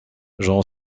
jean